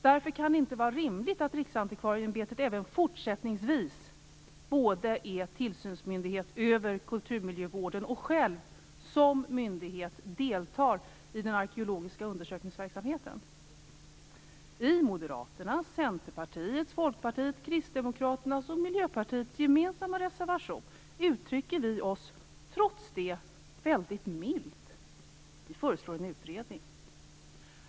Därför kan det inte vara rimligt att Riksantikvarieämbetet även fortsättningsvis både är tillsynsmyndighet över kulturmiljövården och själv som myndighet deltar i den arkeologiska undersökningsverksamheten. Kristdemokraternas och Miljöpartiets gemensamma reservation uttrycker vi oss trots det väldigt milt. Vi föreslår en utredning.